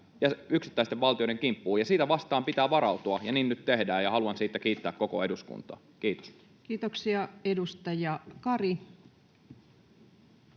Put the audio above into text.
yksittäisten valtioiden kimppuun, ja sitä vastaan pitää varautua. Niin nyt tehdään, ja haluan siitä kiittää koko eduskuntaa. — Kiitos. [Speech 85]